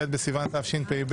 ח' בסיוון התשפ"ב,